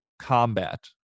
combat